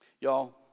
y'all